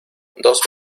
dos